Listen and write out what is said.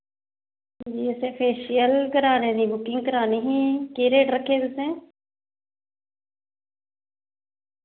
जी असें फेशिअल कराने दी बुकिंग करानी ही केह् रेट रक्खे दे तुसें